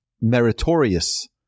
meritorious